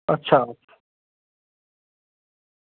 अच्छा